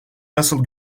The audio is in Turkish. nasıl